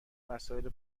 وسایل